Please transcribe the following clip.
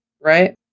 Right